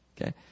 Okay